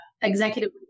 Executive